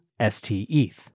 STETH